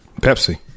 Pepsi